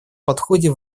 подходе